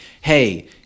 hey